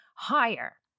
higher